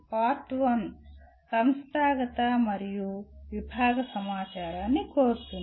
part 1 సంస్థాగత మరియు విభాగ సమాచారాన్ని కోరుతుంది